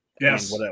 Yes